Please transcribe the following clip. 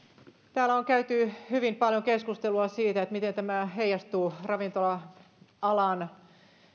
täällä on käyty hyvin paljon keskustelua siitä miten tämä heijastuu ravintola alan